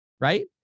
Right